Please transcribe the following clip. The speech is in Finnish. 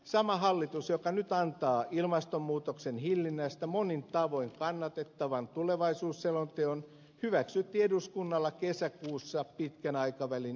sama hallitus joka nyt antaa ilmastonmuutoksen hillinnästä monin tavoin kannatettavan tulevaisuusselonteon hyväksytti eduskunnalla kesäkuussa pitkän aikavälin ilmasto ja energiastrategian